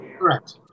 Correct